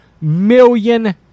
million